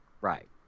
Right